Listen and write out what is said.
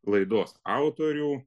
laidos autorių